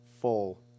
full